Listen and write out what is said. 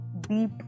deep